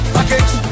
Package